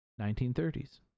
1930s